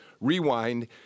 Rewind